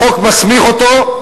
החוק מסמיך אותו,